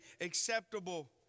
acceptable